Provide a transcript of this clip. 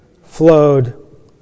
flowed